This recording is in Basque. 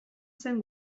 zen